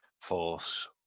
Force